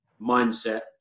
mindset